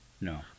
No